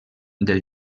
del